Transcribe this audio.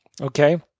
okay